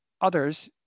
others